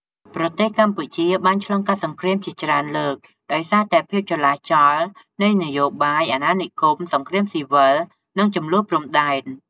ប្រទេសកម្ពុជា បានឆ្លងកាត់សង្រ្គាមជាច្រើនលើក ដោយសារតែភាពចលាចលនៃនយោបាយ អាណានិគម សង្រ្គាមស៊ីវិល និងជម្លោះព្រំដែន។